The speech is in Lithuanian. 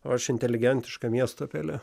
o aš inteligentiška miesto pelė